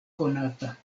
konata